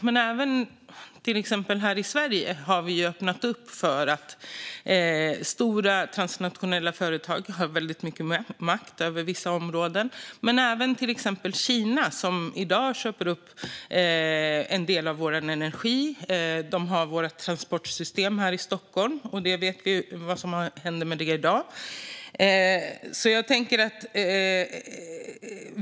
Men här i Sverige har vi till exempel också öppnat för att ge stora, transnationella företag väldigt mycket makt över vissa områden. Det gäller även till exempel Kina, som i dag köper upp en del av vår energi. De driver vårt transportsystem här i Stockholm, och vi vet ju vad som händer med det i dag.